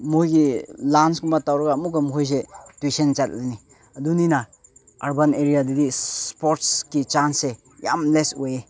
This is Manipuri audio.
ꯃꯣꯏꯒꯤ ꯂꯟꯁꯀꯨꯝꯕ ꯇꯧꯔꯒ ꯑꯃꯨꯛꯀ ꯃꯈꯣꯏꯁꯦ ꯇ꯭ꯌꯨꯁꯟ ꯆꯠꯂꯅꯤ ꯑꯗꯨꯅꯤꯅ ꯑꯥꯔꯕꯟ ꯑꯦꯔꯤꯌꯥꯗꯗꯤ ꯏꯁꯄꯣꯔꯠꯁꯀꯤ ꯆꯥꯡꯁꯦ ꯌꯥꯝ ꯂꯦꯁ ꯑꯣꯏꯌꯦ